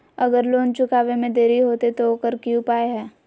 अगर लोन चुकावे में देरी होते तो ओकर की उपाय है?